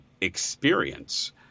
experience